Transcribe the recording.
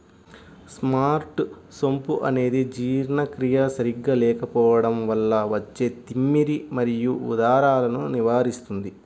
star సోంపు అనేది జీర్ణక్రియ సరిగా లేకపోవడం వల్ల వచ్చే తిమ్మిరి మరియు ఉదరాలను నివారిస్తుంది